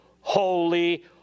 holy